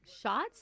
Shots